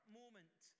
moment